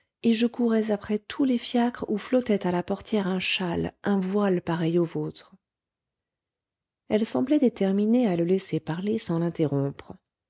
et je courais après tous les fiacres où flottait à la portière un châle un voile pareil au vôtre elle semblait déterminée à le laisser parler sans l'interrompre